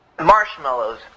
marshmallows